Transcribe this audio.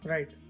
Right